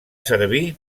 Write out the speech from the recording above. servir